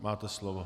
Máte slovo.